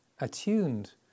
attuned